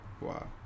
wow